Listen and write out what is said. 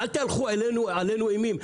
על תהלכו עלינו אימים.